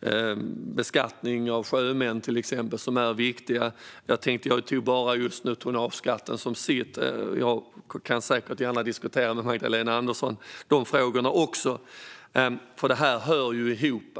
exempel beskattning av sjömän. Nu tog jag bara tonnageskatten för sig, men jag kan säkert diskutera även de andra frågorna med Magdalena Andersson. De hör nämligen ihop.